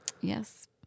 yes